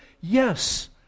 Yes